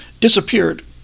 disappeared